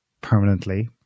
permanently